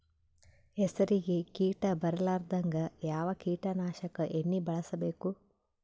ಹೆಸರಿಗಿ ಕೀಟ ಬರಲಾರದಂಗ ಯಾವ ಕೀಟನಾಶಕ ಎಣ್ಣಿಬಳಸಬೇಕು?